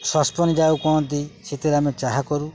saucepan ଯାହାକୁ କହନ୍ତି ସେଥିରେ ଆମେ ଚାହା କରୁ